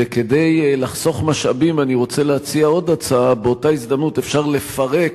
וכדי לחסוך משאבים אני רוצה להציע עוד הצעה: באותה הזדמנות אפשר לפרק